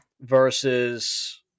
versus –